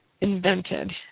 invented